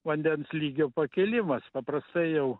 vandens lygio pakilimas paprastai jau